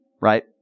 right